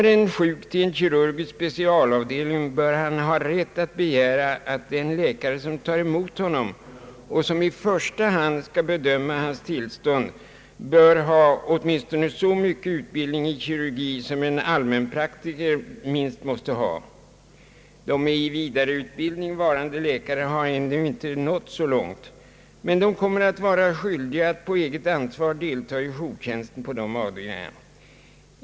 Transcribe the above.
Om en sjuk person kommer till en kirurgisk specialavdelning bör han ha rätt att begära att den läkare som tar hand om honom och i första hand skall bedöma hans tillstånd skall ha åtminstone så mycket utbildning i kirurgi som en allmänpraktiserande läkare minst måste ha. De läkare som genomgår vidareutbildning har inte nått så långt, men de kommer att vara skyldiga att på eget ansvar delta i jourtjänsten på dessa avdelningar.